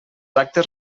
actes